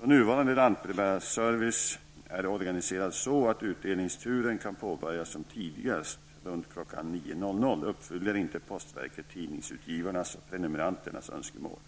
Då nuvarande lantbrevbärarservice är organiserad så, att utdelningsturen kan påbörjas som tidigast runt kl. 09.00, uppfyller inte postverket tidningsutgivarnas och prenumeranternas önskemål.